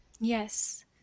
yes